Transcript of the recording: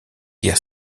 guerre